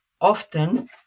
Often